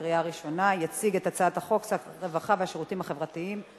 עבר בקריאה שלישית וייכנס לספר החוקים של מדינת ישראל.